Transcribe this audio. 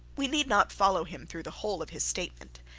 we need not follow him through the whole of his statement.